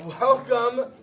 Welcome